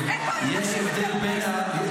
הממשלה תומכת.